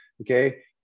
okay